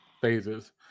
phases